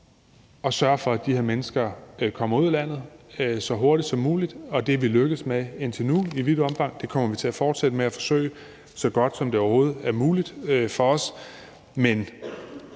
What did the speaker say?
at sørge for, at de her mennesker kommer ud af landet så hurtigt som muligt, og det er vi lykkedes med indtil nu i vidt omfang, og det kommer vi til at fortsætte med at forsøge, så godt som det overhovedet er muligt for os.